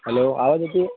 hello आवाज येतो आहे